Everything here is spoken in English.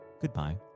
goodbye